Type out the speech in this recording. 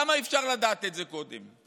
למה אי-אפשר לדעת את זה קודם?